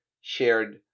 shared